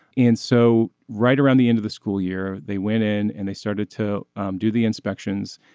and so right around the end of the school year they went in and they started to um do the inspections.